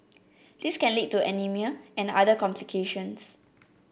this can lead to anaemia and other complications